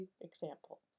example